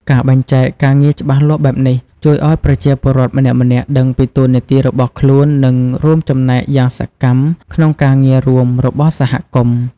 ការបែងចែកការងារច្បាស់លាស់បែបនេះ ជួយឲ្យប្រជាពលរដ្ឋម្នាក់ៗដឹងពីតួនាទីរបស់ខ្លួន និងរួមចំណែកយ៉ាងសកម្មក្នុងការងាររួមរបស់សហគមន៍។